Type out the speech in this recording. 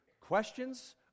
questions